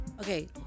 Okay